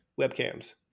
webcams